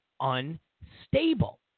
unstable